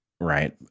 right